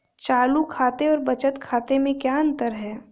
चालू खाते और बचत खाते में क्या अंतर है?